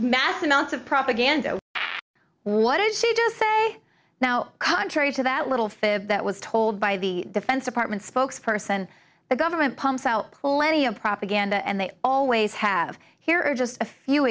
mass amounts of propaganda what is she to say now contrary to that little thing that was told by the defense department spokesperson the government pumps out pull any of propaganda and they always have here are just a few